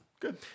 Good